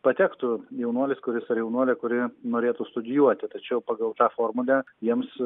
patektų jaunuolis kuris ar jaunuolė kuri norėtų studijuoti tačiau pagal tą formulę jiems